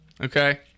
Okay